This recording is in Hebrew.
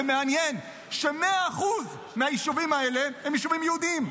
ומעניין ש-100% מהיישובים האלה הם יישובים יהודיים.